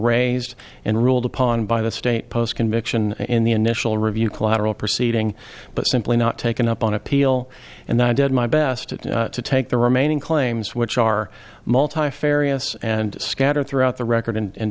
raised in ruled upon by the state post conviction in the initial review collateral proceeding but simply not taken up on appeal and i did my best to take the remaining claims which are multifarious and scattered throughout the record and